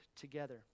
together